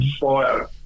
fire